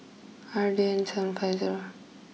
R D N seven five zero